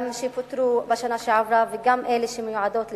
גם אלה שפוטרו בשנה שעברה וגם אלה שמיועדות לפיטורין.